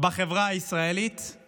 בחברה הישראלית הוא